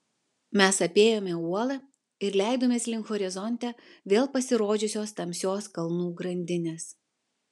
mes apėjome uolą ir leidomės link horizonte vėl pasirodžiusios tamsios kalnų grandinės